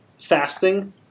fasting